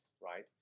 right